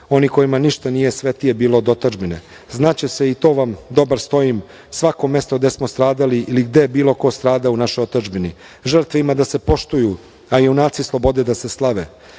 oni kojima ništa nije svetije bilo od otadžbine. Znaće se i to vam dobar stojim, svako mesto gde smo stradali ili gde je bilo ko stradao u našoj otadžbini. Žrtve ima da se poštuju, a junaci slobode da se slave.U